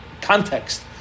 context